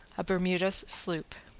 a bermudas sloop,